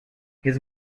his